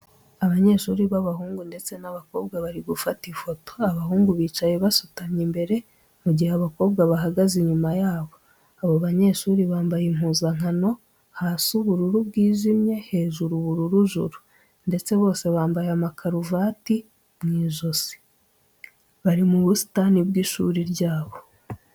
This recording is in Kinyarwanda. Abanyeshuri b'abahungu ndetse n'abakobwa bari gufata ifoto, abahungu bicaye basutamye imbere, mu gihe abakobwa bahagaze inyuma yabo. Abo banyeshuri bambaye impuzankano hasi ubururu bwijimye, hejuru uburu juru ndetse bose bamabaye amakaruvati mu ijosi. Bari mu busitani bw'ishuri ryabo.